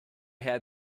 had